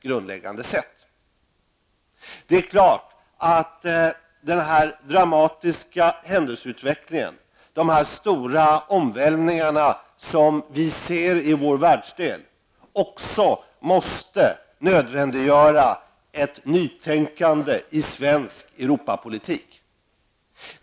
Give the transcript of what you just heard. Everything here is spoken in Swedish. Självfallet måste också den dramatiska händelseutvecklingen och de stora omvälvningar som vi ser i vår världsdel nödvändiggöra ett nytänkande i svensk Europapolitik.